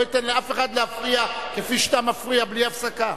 לא אתן לאף אחד להפריע כפי שאתה מפריע בלי הפסקה.